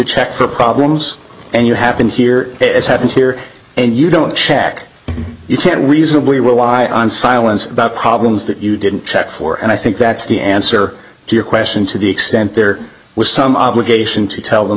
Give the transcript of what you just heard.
check for problems and you happen here as happened here and you don't check you can reasonably rely on silence about problems that you didn't check for and i think that's the answer to your question to the extent there was some obligation to tell them